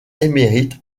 émérite